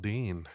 Dean